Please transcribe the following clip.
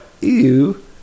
ew